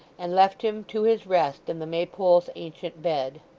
and left him to his rest in the maypole's ancient bed.